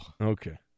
Okay